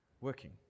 working